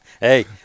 Hey